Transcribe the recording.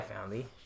family